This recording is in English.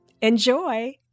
Enjoy